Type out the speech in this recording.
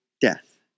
death